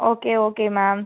okay okay ma'am